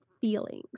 feelings